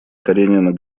каренина